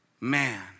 man